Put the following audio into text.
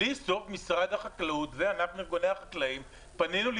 בלי סוף משרד החקלאות וענף ארגוני החקלאים פנינו לבדוק,